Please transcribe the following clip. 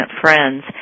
Friends